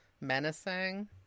menacing